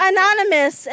Anonymous